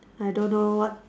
I don't know what